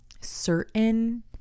certain